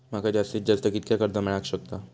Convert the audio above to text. माका जास्तीत जास्त कितक्या कर्ज मेलाक शकता?